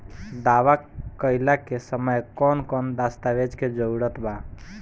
दावा कईला के समय कौन कौन दस्तावेज़ के जरूरत बा?